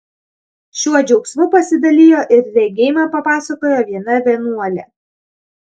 šiuo džiaugsmu pasidalijo ir regėjimą papasakojo viena vienuolė